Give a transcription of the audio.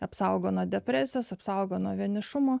apsaugo nuo depresijos apsaugo nuo vienišumo